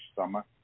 summer